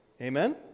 Amen